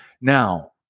Now